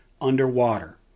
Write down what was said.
underwater